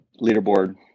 leaderboard